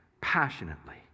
passionately